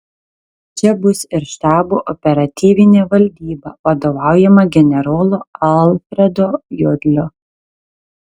čia bus ir štabo operatyvinė valdyba vadovaujama generolo alfredo jodlio